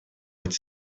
эти